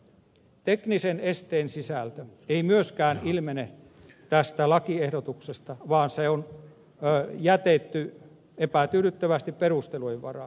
teknisen esteen sisältö ei myöskään ilmene tästä lakiehdotuksesta vaan se on jätetty epätyydyttävästi perustelujen varaan